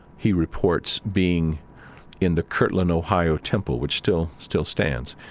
he reports being in the kirtland, ohio, temple, which still still stands.